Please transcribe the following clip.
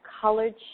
colored